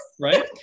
right